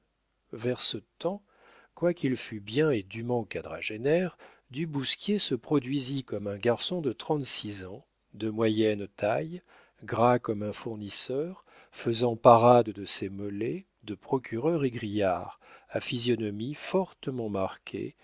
vers ce temps quoiqu'il fût bien et dûment quadragénaire du bousquier se produisit comme un garçon de trente-six ans de moyenne taille gras comme un fournisseur faisant parade de ses mollets de procureur égrillard à physionomie fortement